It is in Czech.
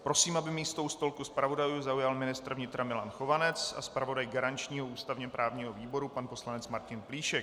Prosím, aby místo u stolku zpravodajů zaujal ministr vnitra Milan Chovanec a zpravodaj garančního ústavněprávního výboru pan poslanec Martin Plíšek.